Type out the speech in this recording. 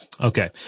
Okay